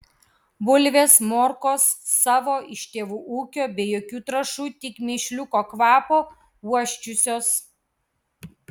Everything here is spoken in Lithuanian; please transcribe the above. bulvės morkos savo iš tėvų ūkio be jokių trąšų tik mėšliuko kvapo uosčiusios